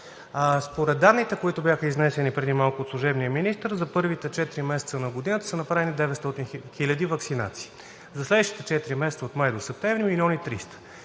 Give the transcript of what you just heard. Според данните, които бяха изнесени преди малко от служебния министър, за първите четири месеца на годината са направени 900 хиляди ваксинации. За следващите четири месеца, от май до септември – 1 милион